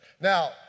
Now